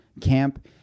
camp